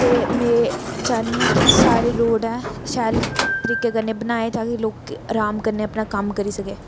ते में चाह्न्नी आं कि सारे रोड ऐ शैल तरीके कन्नै बनाए ताकि लोकें बी अराम कन्नै अपना कम्म करी सके